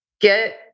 get